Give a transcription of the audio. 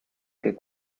que